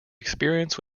experience